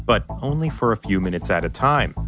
but only for a few minutes at a time.